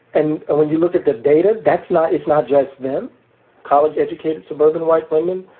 and and when you look at the data, that's not it's not just them college educated suburban white women,